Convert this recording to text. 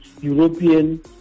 European